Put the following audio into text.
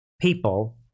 people